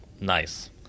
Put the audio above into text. Nice